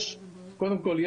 קודם כל,